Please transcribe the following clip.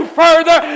further